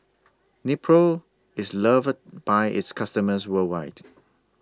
Nepro IS loved By its customers worldwide